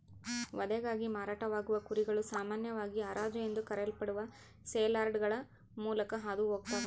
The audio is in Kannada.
ವಧೆಗಾಗಿ ಮಾರಾಟವಾಗುವ ಕುರಿಗಳು ಸಾಮಾನ್ಯವಾಗಿ ಹರಾಜು ಎಂದು ಕರೆಯಲ್ಪಡುವ ಸೇಲ್ಯಾರ್ಡ್ಗಳ ಮೂಲಕ ಹಾದು ಹೋಗ್ತವ